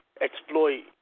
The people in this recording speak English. exploit